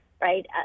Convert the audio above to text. right